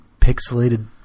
pixelated